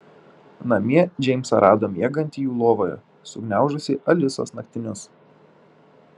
namie džeimsą rado miegantį jų lovoje sugniaužusį alisos naktinius